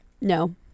no